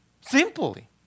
Simply